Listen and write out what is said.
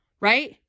right